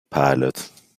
pilot